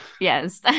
Yes